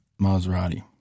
Maserati